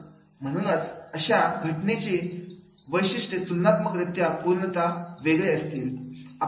म्हणूनच अशा घटनेची वैशिष्ट्ये तुलनात्मक रित्या पूर्णता वेगळे असतील